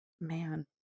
Man